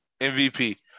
MVP